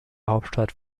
hauptstadt